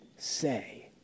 say